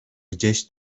gdzieś